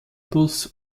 bus